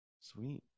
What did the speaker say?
Sweet